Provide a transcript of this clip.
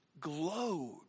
glowed